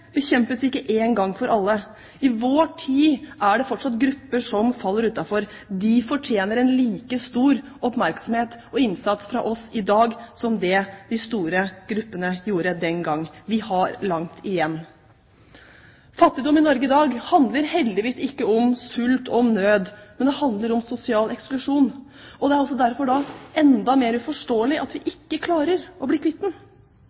bekjempes ikke en gang for alle. I vår tid er det fortsatt grupper som faller utenfor. De fortjener like stor oppmerksomhet og innsats fra oss i dag som det de store gruppene fikk den gang. Vi har langt igjen. Fattigdom i Norge i dag handler heldigvis ikke om sult og nød, men det handler om sosial eksklusjon. Det er derfor enda mer uforståelig at vi ikke klarer å bli